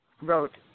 wrote